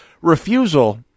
refusal